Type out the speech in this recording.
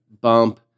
bump